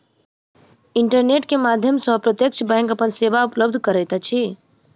internet के माध्यम सॅ प्रत्यक्ष बैंक अपन सेवा उपलब्ध करैत अछि